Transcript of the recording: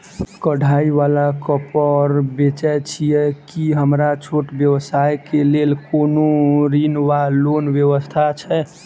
कढ़ाई वला कापड़ बेचै छीयै की हमरा छोट व्यवसाय केँ लेल कोनो ऋण वा लोन व्यवस्था छै?